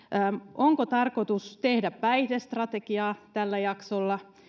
onko tarkoitus tehdä päihdestrategiaa tällä